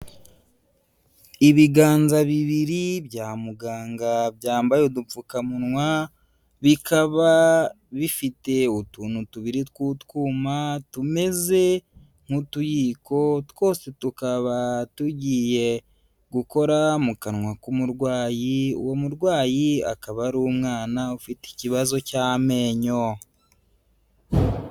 Ibiganza bibiri, bya muganga, byambaye udupfukamunwa, bikaba, bifite, utuntu tubiri tw'utwuma, tumeze nk'utuyiko, twose tukaba tugiye gukora mu kanwa, k'umurwayi, uwo murwayi, akaba ari umwana, ufite ikibazo cy'amenyo.